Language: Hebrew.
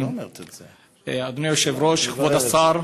אדוני היושב-ראש, כבוד השר,